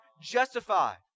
justified